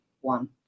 one